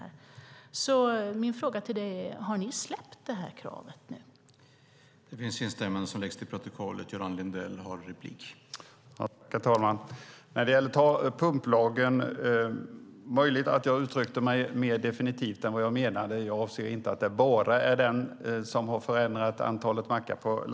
Min fråga till dig, Göran Lindell, är: Har ni släppt detta krav nu? I detta anförande instämde Siv Holma .